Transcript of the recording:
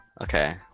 okay